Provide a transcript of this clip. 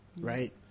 right